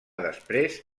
després